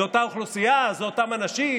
זאת אותה אוכלוסייה, אלה אותם אנשים,